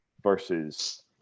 Versus